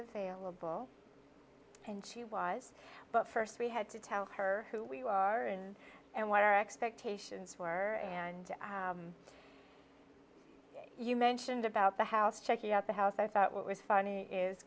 pain she was but first we had to tell her who we are and and what our expectations were and you mentioned about the house checking out the house i thought what was funny is